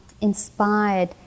inspired